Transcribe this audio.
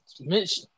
Mitch –